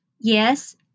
Yes